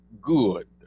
good